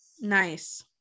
Nice